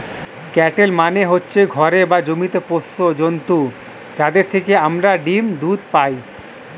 cattle মানে হচ্ছে ঘরে বা জমিতে পোষ্য জন্তু যাদের থেকে আমরা ডিম, দুধ পাই